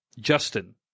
Justin